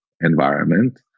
environment